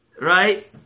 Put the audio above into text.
right